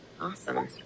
Awesome